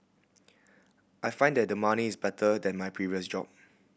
I find that the money is better than my previous job